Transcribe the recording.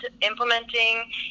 implementing